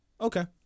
Okay